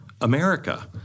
America